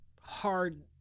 hard